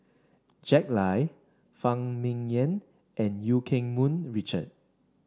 Jack Lai Phan Ming Yen and Eu Keng Mun Richard